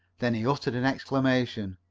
then he uttered an exclamation.